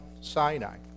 Sinai